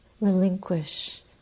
relinquish